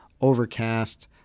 Overcast